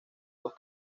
dos